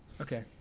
Okay